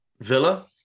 Villa